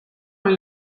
nel